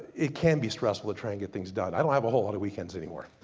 it can be stressful to try and get things done. i don't have a whole lot of weekends anymore.